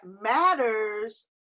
matters